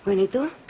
want to